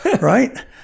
right